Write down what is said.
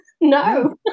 no